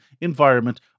environment